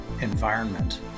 environment